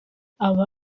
aba